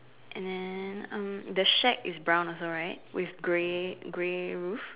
and then um the shack is brown also right with grey grey roof